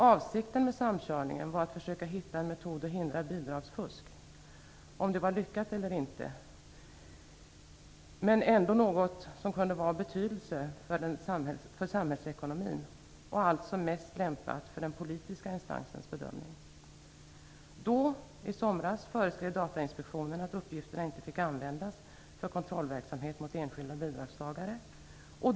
Avsikten med samkörningen var att försöka hitta en metod att hindra bidragsfusk. Lyckat eller inte, så var detta ändå något som kunde ha betydelse för samhällsekonomin och alltså mest lämpat för den politiska instansens bedömning. I somras föreskrev Datainspektionen att uppgifterna inte fick användas för kontrollverksamhet mot enskilda bidragstagare.